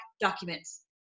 documents